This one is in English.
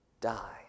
die